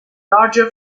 larger